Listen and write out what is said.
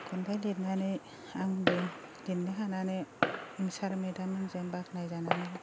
खन्थाइ लिरनानै आंबो लिरनो हानानै सार मेडाममोनजों बाख्नाय जानानै